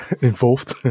involved